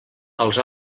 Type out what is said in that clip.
als